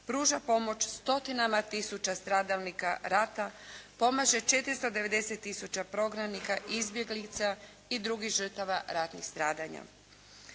pruža pomoć stotinama tisuća stradalnika rata, pomaže 490 tisuća prognanika, izbjeglica i drugih žrtava ratnih stradanja.